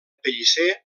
pellicer